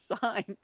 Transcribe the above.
sign